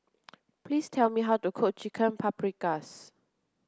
please tell me how to cook Chicken Paprikas